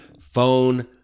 phone